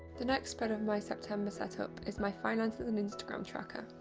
the next spread of my september set up is my finances and instagram tracker.